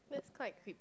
that's quite creepsy